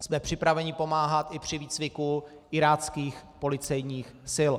Jsme připraveni pomáhat i při výcviku iráckých policejních sil.